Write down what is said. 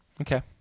Okay